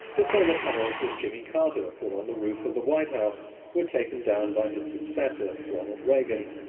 the solar panels that jimmy carter put on the roof of the white house were taken down by his successor, ronald reagan.